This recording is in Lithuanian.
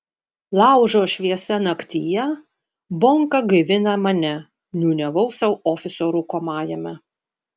laužo šviesa naktyje bonka gaivina mane niūniavau sau ofiso rūkomajame